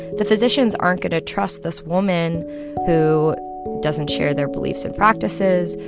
the physicians aren't going to trust this woman who doesn't share their beliefs and practices,